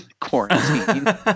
quarantine